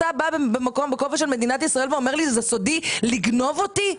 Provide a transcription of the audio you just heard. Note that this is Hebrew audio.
אתה בא בכובע של מדינת ישראל ואומר לי - זה סודי לגנוב אותי?